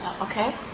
Okay